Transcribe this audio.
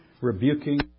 rebuking